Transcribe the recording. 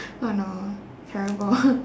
oh no terrible